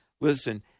listen